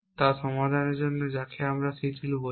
তা হল সমাধানের জন্য যাকে আমরা শিথিল বলি